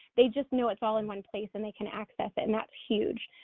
they just knew it's all in one place, and they can access it and that's huge.